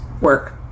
work